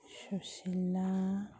Sushila